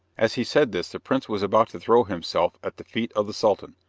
as he said this the prince was about to throw himself at the feet of the sultan,